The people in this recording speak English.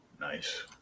Nice